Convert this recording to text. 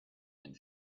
and